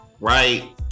right